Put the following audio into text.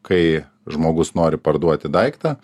kai žmogus nori parduoti daiktą